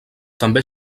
també